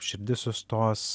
širdis sustos